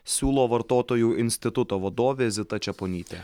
siūlo vartotojų instituto vadovė zita čeponytė